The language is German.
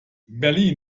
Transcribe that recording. berlin